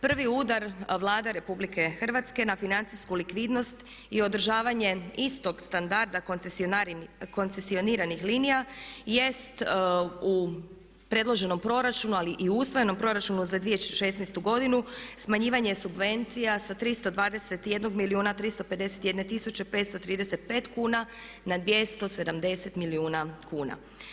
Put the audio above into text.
Prvi udar Vlada Republike Hrvatske na financijsku likvidnost i održavanje istog standarda koncesioniranih linija jest u predloženom proračunu, ali i usvojenom proračunu za 2016. godinu, smanjivanje subvencija sa 321 milijuna 351 tisuće 535 kuna na 270 milijuna kuna.